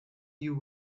you